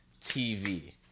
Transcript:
TV